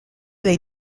les